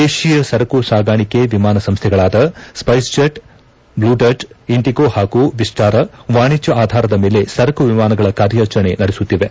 ದೇಶೀಯ ಸರಕು ಸಾಗಾಣಿಕೆ ವಿಮಾನ ಸಂಸ್ಥೆಗಳಾದ ಸ್ಪ್ರೆಸ್ ಜೆಟ್ ಬ್ಲೂಡರ್ಟ್ ಇಂಡಿಗೋ ಹಾಗೂ ವಿಸ್ಲಾರ ವಾಣಿಜ್ಯ ಆಧಾರದ ಮೇಲೆ ಸರಕು ವಿಮಾನಗಳ ಕಾರ್ಯಾಚರಣೆ ನಡೆಸುತ್ತಿವೆ